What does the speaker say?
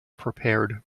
prepared